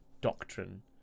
doctrine